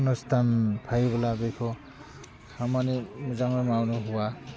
अनुस्तान फायोबोला बेखौ खामानि मोजाङै मावनो हवा